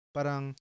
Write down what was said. Parang